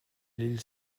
l’île